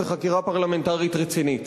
וחקירה פרלמנטרית רצינית.